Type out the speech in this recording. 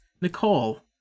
Nicole